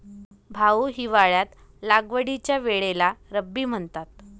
भाऊ, हिवाळ्यात लागवडीच्या वेळेला रब्बी म्हणतात